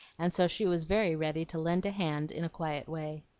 and so she was very ready to lend a hand in a quiet way.